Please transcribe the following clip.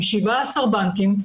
עם 17 בנקים,